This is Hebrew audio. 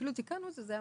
ואפילו תיקנו את זה.